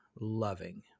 loving